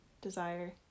desire